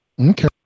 Okay